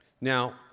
Now